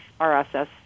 RSS